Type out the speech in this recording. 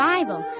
Bible